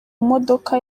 modoka